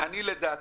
לדעתי,